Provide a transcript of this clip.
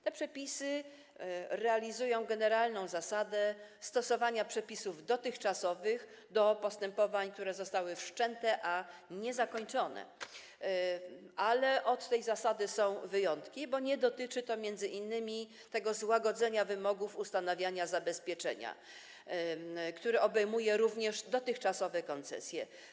Te przepisy uwzględniają generalną zasadę stosowania przepisów dotychczasowych do postępowań, które zostały wszczęte, a niezakończone, ale od tej zasady są wyjątki, bo nie dotyczy to m.in. przepisu o złagodzeniu wymogów w zakresie ustanawiania zabezpieczenia, który obejmuje również dotychczasowe koncesje.